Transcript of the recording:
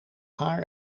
haar